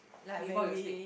before your sleep